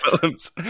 films